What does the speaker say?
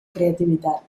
creativitat